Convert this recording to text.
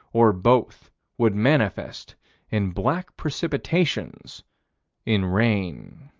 or both would manifest in black precipitations in rain.